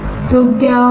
तो क्या होगा